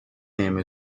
name